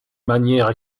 manière